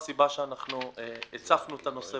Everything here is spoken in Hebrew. בבקשה, אתי, אנא הבהירי את הנקודות.